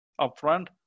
upfront